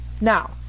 Now